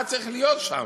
מה צריך להיות שם?